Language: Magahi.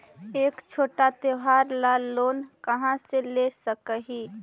हम छोटा त्योहार ला लोन कहाँ से ले सक ही?